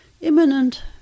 imminent